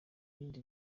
gihe